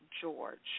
George